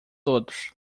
todos